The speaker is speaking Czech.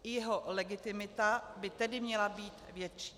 Jeho legitimita by tedy měla být větší.